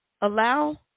Allow